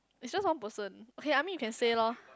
it just one person okay I mean you can say loh